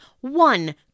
one